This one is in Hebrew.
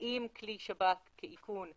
האם כלי שב"כ כאיכון?